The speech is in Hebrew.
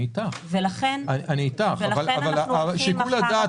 אני אתך, אבל שיקול הדעת